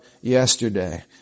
yesterday